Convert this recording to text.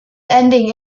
ending